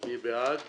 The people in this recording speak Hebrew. מי בעד?